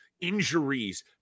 injuries